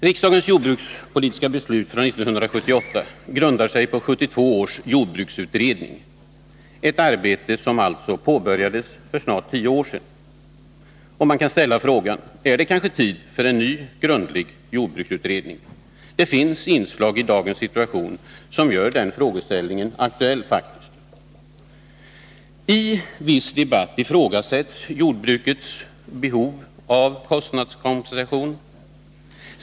Riksdagens jordbrukspolitiska beslut från 1978 grundar sig på 1972 års jordbruksutredning-— ett arbete som alltså påbörjades för snart tio år sedan. Man kan ställa frågan: Är det kanske tid för en ny grundlig jordbruksutredning? Det finns faktiskt inslag i dagens situation som gör den frågeställningen aktuell. I viss debatt ifrågasätts jordbrukets behov av kostnadskompensation.